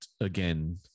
again